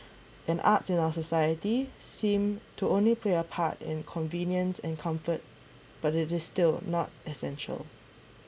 and arts in our society seem to only play a part in convenience and comfort but it is still not essential